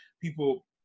people